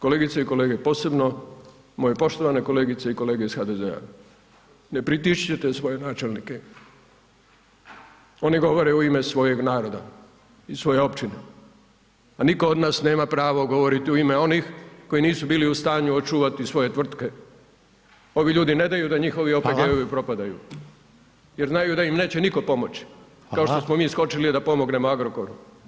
Kolegice i kolege posebno, moje poštovane kolegice i kolege iz HDZ-a, ne pritišćite svoje načelnike, oni govore u ime svojeg naroda i svoje općine, a nitko od nas nema pravo govoriti u ime onih koji nisu bili u stanju očuvati svoje tvrtke, ovi ljudi ne daju da njihovi OPG-ovi [[Upadica: Hvala]] propadaju jer znaju da im neće nitko pomoći [[Upadica: Hvala]] , kao što smo mi skočili da pomognemo Agrokoru.